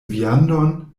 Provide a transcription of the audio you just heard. viandon